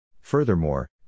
Furthermore